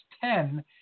ten